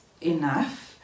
Enough